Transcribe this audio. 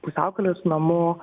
pusiaukelės namų